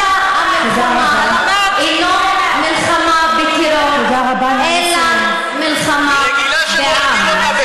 פשע המלחמה אינו מלחמה בקירות אלא מלחמה בעם.